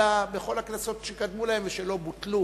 אלא בכל הכנסות שקדמו לה ושלא בוטלו,